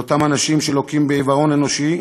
על אותם אנשים שלוקים בעיוורון אנושי